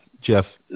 Jeff